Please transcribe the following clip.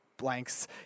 blanks